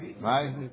right